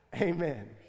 amen